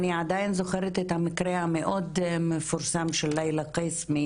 אני עדיין זוכרת את המקרה המאוד מפורסם של לילה קיסמי